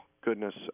goodness